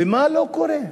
ומה לא קורה.